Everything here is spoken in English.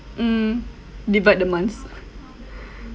mm